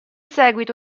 seguito